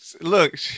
look